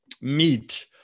meet